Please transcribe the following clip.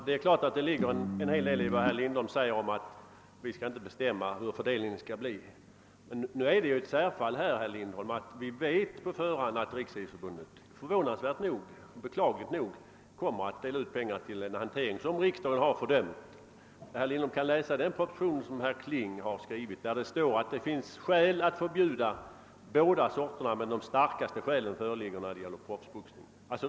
Herr talman! Det ligger självfallet en hel del i vad herr Lindholm säger om att riksdagen inte skall bestämma hur anslaget skall fördelas. Men det finns ett särfall, herr Lindholm. Vi vet på förhand att Riksidrottsförbundet förvånansvärt och beklagligt nog kommer att dela ut pengar till en hantering som riksdagen har fördömt. Herr Lindholm kan läsa den proposition som herr Kling har skrivit och där det står att det finns skäl att förbjuda både amatöroch proffsboxning men att de starkaste skälen föreligger när det gäller proffsboxningen.